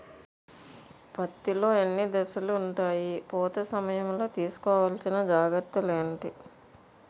పత్తి లో ఎన్ని దశలు ఉంటాయి? పూత సమయం లో తీసుకోవల్సిన జాగ్రత్తలు ఏంటి?